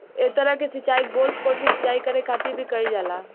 एह तरह के सिचाई गोल्फ कोर्ट के सिंचाई करे खातिर भी कईल जाला